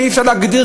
ואי-אפשר להגדיר,